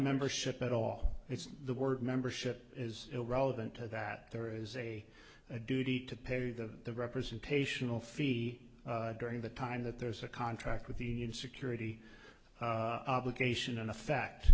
membership at all it's the word membership is irrelevant to that there is a duty to pay the representational fee during the time that there's a contract with the in security obligations in effect